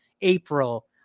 April